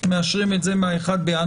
מאשרים את זה מ-1.1.